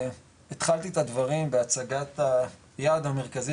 התחלתי את הדברים בהצגת היעד המרכזי